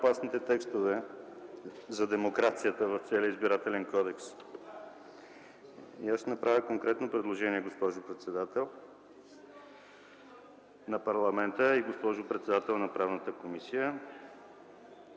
най-опасните текстове за демокрацията в целия Избирателен кодекс и аз ще направя конкретно предложение, госпожо председател на парламента и госпожо председател на Правната комисия!